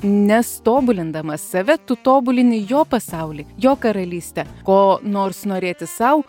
nes tobulindamas save tu tobulini jo pasaulį jo karalystę ko nors norėti sau